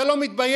אתה לא מתבייש?